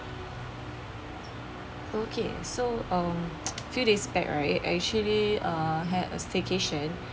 okay so uh few days back right I actually uh had a staycation